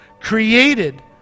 created